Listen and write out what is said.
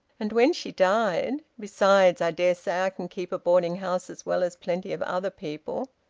and when she died. besides, i dare say i can keep a boarding-house as well as plenty of other people.